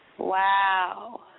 Wow